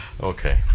Okay